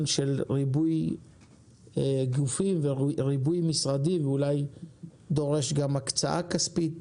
של ריבוי גופים וריבוי משרדים ואולי דורש גם הקצאה כספית.